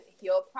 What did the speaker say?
heal